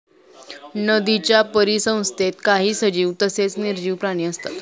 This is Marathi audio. नदीच्या परिसंस्थेत काही सजीव तसेच निर्जीव प्राणी असतात